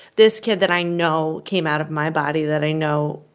this kid that i know came out of my body, that i know,